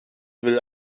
will